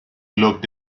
looked